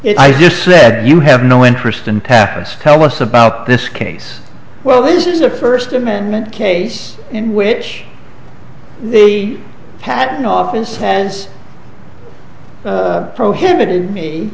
if i just said you have no interest in patents tell us about this case well this is a first amendment case in which the patent office has prohibited